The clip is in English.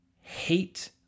hate